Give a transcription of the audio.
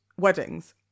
weddings